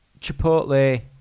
chipotle